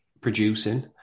producing